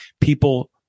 People